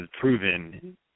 proven